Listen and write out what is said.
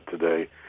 today